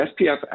SPF